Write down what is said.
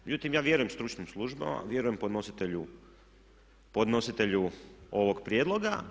Međutim, ja vjerujem stručnim službama, vjerujem podnositelju ovog prijedloga.